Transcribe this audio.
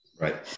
Right